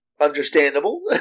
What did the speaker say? understandable